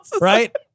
right